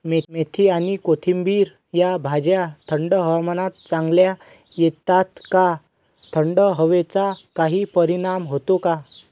मेथी आणि कोथिंबिर या भाज्या थंड हवामानात चांगल्या येतात का? थंड हवेचा काही परिणाम होतो का?